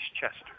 Chester